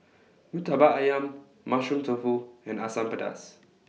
Murtabak Ayam Mushroom Tofu and Asam Pedas